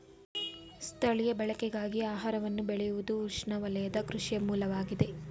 ಸ್ಥಳೀಯ ಬಳಕೆಗಳಿಗಾಗಿ ಆಹಾರವನ್ನು ಬೆಳೆಯುವುದುಉಷ್ಣವಲಯದ ಕೃಷಿಯ ಮೂಲವಾಗಿದೆ